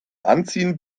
anziehen